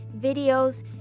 videos